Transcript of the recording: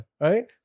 Right